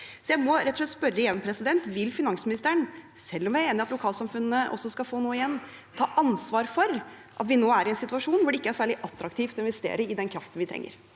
spørre igjen: Vil finansministeren, selv om jeg er enig i at lokalsamfunnene også skal få noe igjen, ta ansvar for at vi nå er i en situasjon hvor det ikke er særlig attraktivt å investere i den kraften vi trenger?